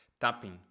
tapping